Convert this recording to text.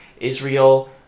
Israel